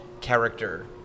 character